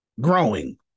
growing